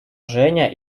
женя